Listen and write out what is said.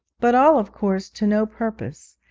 but all of course to no purpose,